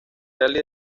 rally